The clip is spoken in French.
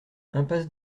impasse